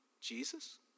Jesus